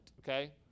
okay